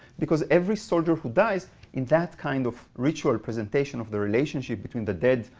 because every soldier who dies in that kind of ritual presentation of the relationship between the dead,